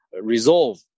resolve